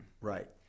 Right